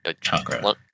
chakra